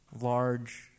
large